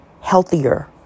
healthier